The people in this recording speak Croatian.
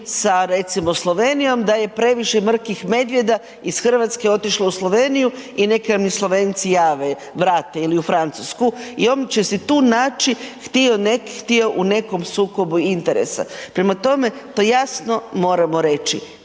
sa recimo Slovenijom da je previše mrkih medvjeda iz RH otišlo u Sloveniju i neka mi Slovenci jave, vrate ili u Francusku i on će se tu naći htio ne htio u nekom sukobu interesa. Prema tome, pa jasno moramo reći